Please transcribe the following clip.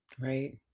right